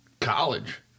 college